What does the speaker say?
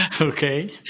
Okay